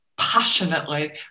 passionately